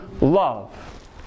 love